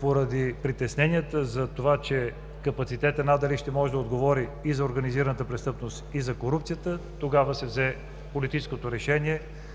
Поради притесненията, че капацитетът надали ще може да отговори и за организираната престъпност, и за корупцията, се взе политическото решение